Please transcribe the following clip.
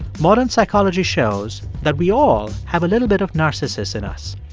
modern psychology shows that we all have a little bit of narcissus in us.